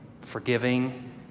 forgiving